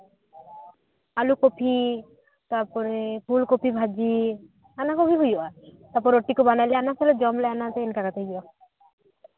ᱟᱞᱩ ᱠᱚᱯᱤ ᱛᱟᱨᱯᱚᱨᱮ ᱯᱷᱩᱞᱠᱚᱯᱤ ᱵᱷᱟᱡᱤ ᱚᱱᱟ ᱠᱚᱜᱮ ᱦᱩᱭᱩᱜᱼᱟ ᱛᱟᱨᱯᱚᱨᱮ ᱨᱩᱴᱤ ᱠᱚᱞᱮ ᱵᱮᱱᱟᱣ ᱜᱮᱭᱟ ᱚᱱᱟᱠᱚᱞᱮ ᱡᱚᱢ ᱜᱮᱭᱟ ᱚᱱᱟᱠᱚᱜᱮ ᱦᱩᱭᱩᱜᱼᱟ